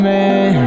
Man